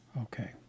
okay